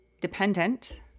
dependent